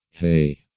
Hey